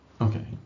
Okay